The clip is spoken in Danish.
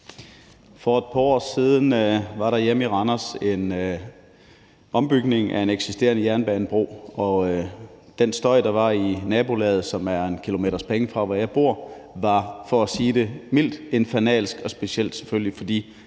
For et par år siden var der hjemme i Randers en ombygning af en eksisterende jernbanebro, og den støj, der var i nabolaget, som er en kilometers penge fra, hvor jeg bor, var, for at sige det mildt, infernalsk, selvfølgelig